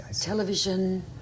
television